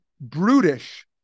brutish